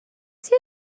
see